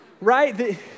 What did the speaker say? Right